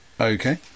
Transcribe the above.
Okay